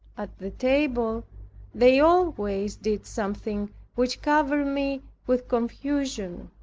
at the table they always did something which covered me with confusion.